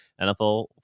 NFL